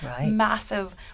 massive